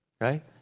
right